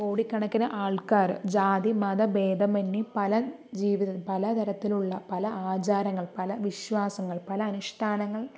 കോടികണക്കിന് ആൾക്കാര് ജാതിമത ഭേതമന്യേ പല ജീവിതം പല തരത്തിലുള്ള പല ആചാരങ്ങൾ പല വിശ്വാസങ്ങൾ പല അനുഷ്ഠാനങ്ങൾ